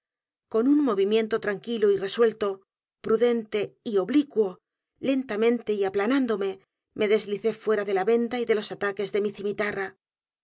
con u n movimiento tranquilo y resuelto prudente y oblicuo lentamente y aplanándome me deslicé fuera de la venda y de los ataques de mi cimitarra